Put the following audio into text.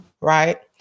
right